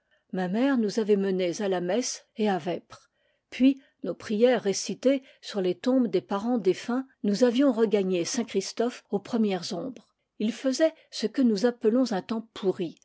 ma mère nous avait menés à la messe et à vêpres puis nos prières récitées sur les tombes des parents défunts nous avions regagné saint christophe aux premières ombres il faisait ce que nous appelons un temps pourri